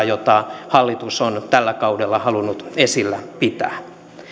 jota hallitus on tällä kaudella halunnut esillä pitää